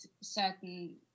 certain